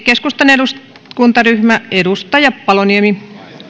keskustan eduskuntaryhmä edustaja paloniemi